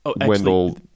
Wendell